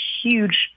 huge